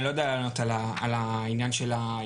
אני לא יודע לענות על העניין של הישובים.